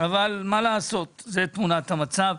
אבל מה לעשות, זאת תמונת המצב.